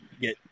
get